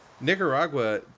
Nicaragua